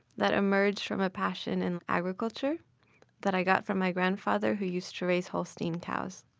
that emerged from a passion in agriculture that i got from my grandfather, who used to raise holstein cows.